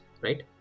right